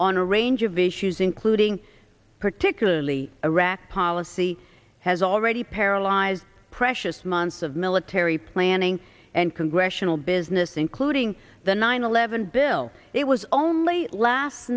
on a range of issues including particularly iraq policy has already paralyzed precious months of military planning and congressional business including the nine eleven bill it was only last